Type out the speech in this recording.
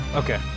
okay